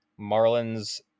Marlins